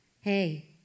Hey